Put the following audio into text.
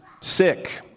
sick